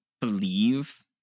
believe